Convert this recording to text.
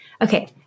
Okay